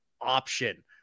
option